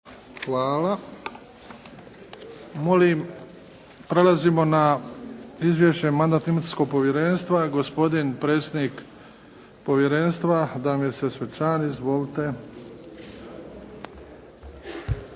(HDZ)** Molim, prelazimo na Izvješće Mandatno-imunitetnog povjerenstva. Gospodin predsjednik povjerenstva Damir Sesvečan. Izvolite.